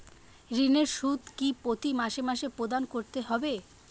ঋণের সুদ কি প্রতি মাসে মাসে প্রদান করতে হবে?